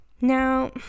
Now